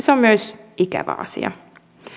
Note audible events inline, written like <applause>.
<unintelligible> se on myös ikävä asia